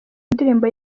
ndirimbo